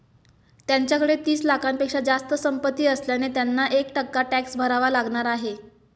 त्यांच्याकडे तीस लाखांपेक्षा जास्त संपत्ती असल्याने त्यांना एक टक्का टॅक्स भरावा लागणार आहे